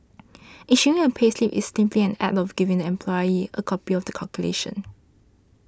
issuing a payslip is simply an act of giving the employee a copy of the calculation